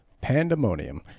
pandemonium